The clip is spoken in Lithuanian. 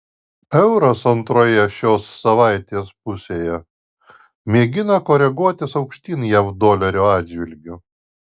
euras antroje šio savaitės pusėje mėgina koreguotis aukštyn jav dolerio atžvilgiu